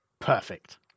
perfect